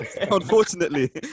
unfortunately